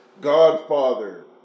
Godfather